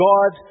God